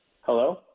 Hello